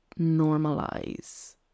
normalize